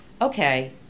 okay